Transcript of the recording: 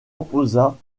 opposa